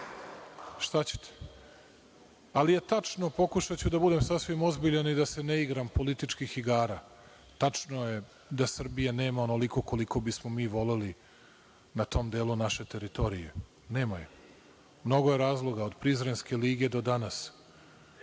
šta ćete. Tačno je, pokušaću da budem sasvim ozbiljan i da se ne igram političkih igara, tačno je da Srbija nema onoliko koliko bismo mi voleli na tom delu naše teritorije, nema. Mnogo je razloga, od Prizrenske lige do danas.